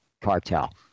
cartel